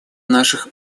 наших